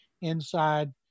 inside